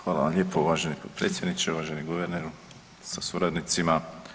Hvala vam lijepo uvaženi potpredsjedniče, uvaženi guverneru sa suradnicima.